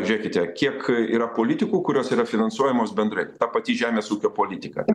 žiūrėkite kiek yra politikų kurios yra finansuojamos bendrai ta pati žemės ūkio politika